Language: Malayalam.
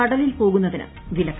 കടലിൽ പോകുന്നതിന് വിലക്ക്